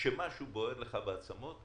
כשמשהו בוער לך בעצמות,